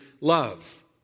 love